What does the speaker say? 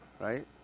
Right